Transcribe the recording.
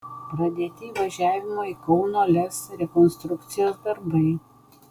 pradėti įvažiavimo į kauno lez rekonstrukcijos darbai